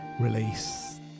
release